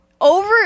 over